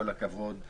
כל הכבוד,